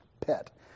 pet